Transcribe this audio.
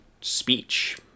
speech